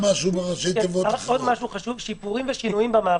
עוד משהו חשוב לגבי שינויים ושיפורים במערכת.